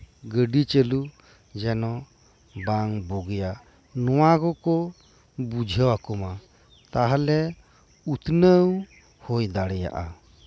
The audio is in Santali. ᱜᱟᱹᱰᱤ ᱪᱟᱹᱞᱩ ᱡᱮᱱᱚ ᱵᱟᱝ ᱵᱚᱜᱮᱭᱟ ᱱᱚᱶᱟ ᱠᱚᱠᱚ ᱵᱩᱡᱷᱟᱹᱣ ᱟᱠᱚᱢᱟ ᱛᱟᱦᱚᱞᱮ ᱩᱛᱷᱱᱟᱹᱣ ᱦᱩᱭ ᱫᱟᱲᱮᱭᱟᱜᱼᱟ